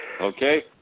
Okay